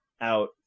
out